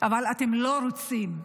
אבל אתם לא רוצים.